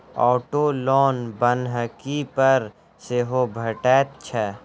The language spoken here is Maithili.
औटो लोन बन्हकी पर सेहो भेटैत छै